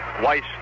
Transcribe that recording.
Weiss